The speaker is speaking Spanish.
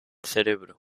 cerebro